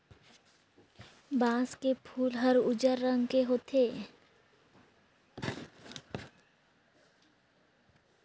बांस के फूल हर उजर रंग के होथे